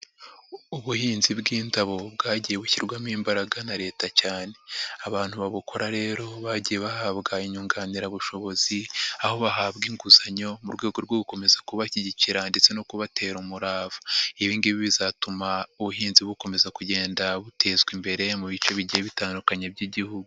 Ubuhinzi bw'indabo bwagiye bushyirwamo imbaraga na leta cyane. Abantu babukora rero bagiye bahabwa inyunganirabushobozi, aho bahabwa inguzanyo mu rwego rwo gukomeza kubashyigikira ndetse no kubatera umurava. Ibingibi bizatuma ubuhinzi bukomeza kugenda butezwa imbere mu bice bigiye bitandukanye by'igihugu.